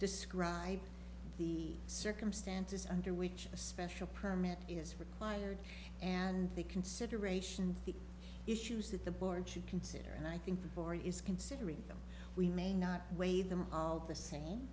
describe the circumstances under which a special permit is required and the consideration of the issues that the board should consider and i think before is considering them we may not weigh them out the same